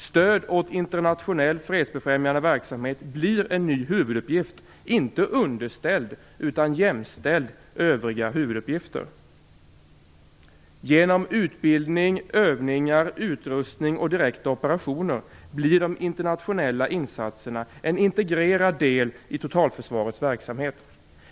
Stöd åt internationell fredsbefrämjande verksamhet blir en ny huvuduppgift, inte underställd utan jämställd övriga huvuduppgifter. Genom utbildning, övningar, utrustning och direkta operationer blir de internationella insatserna en integrerad del i totalförsvarets verksamhet.